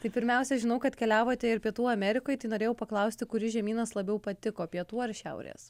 tai pirmiausia žinau kad keliavote ir pietų amerikoj tai norėjau paklausti kuris žemynas labiau patiko pietų ar šiaurės